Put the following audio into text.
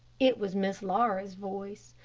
it was miss laura's voice,